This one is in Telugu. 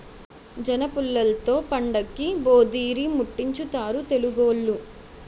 జనపుల్లలతో పండక్కి భోధీరిముట్టించుతారు తెలుగోళ్లు